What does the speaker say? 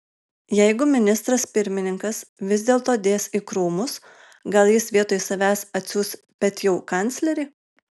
jeigu ministras pirmininkas vis dėlto dės į krūmus gal jis vietoj savęs atsiųs bet jau kanclerį